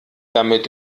damit